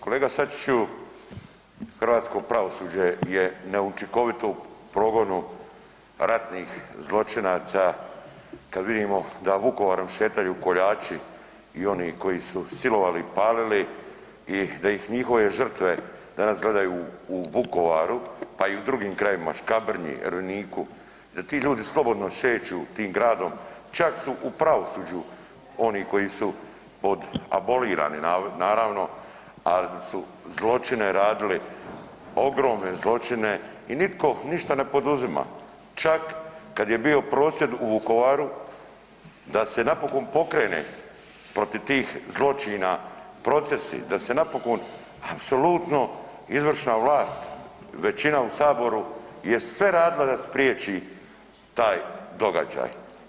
Kolega Sačiću, hrvatsko pravosuđe je neučinkovito u progonu ratnih zločinaca kada vidimo da Vukovarom šetaju koljači i oni koji su silovali i palili i da ih njihove žrtve danas gledaju u Vukovaru pa i u drugim krajevima Škabrnji, Erveniku da ti ljudi slobodno šeću tim gradom, čak su u pravosuđu oni koji su abolirani naravno, ali su radili ogromne zločine i nitko ništa ne poduzima, čak kad je bio prosvjed u Vukovaru da se napokon pokrene protiv zločina procesi, da se napokon apsolutno izvršna vlast, većina u saboru je sve radila da spriječi taj događaj.